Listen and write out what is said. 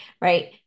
Right